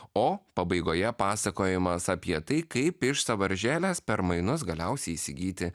o pabaigoje pasakojimas apie tai kaip iš sąvaržėlės per mainus galiausiai įsigyti